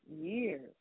years